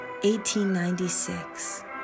1896